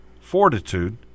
fortitude